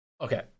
okay